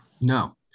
no